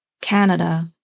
Canada